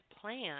plan